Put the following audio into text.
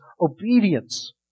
obedience